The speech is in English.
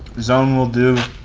zone will do